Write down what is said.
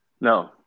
No